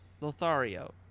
Lothario